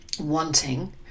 wanting